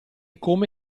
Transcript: come